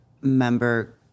member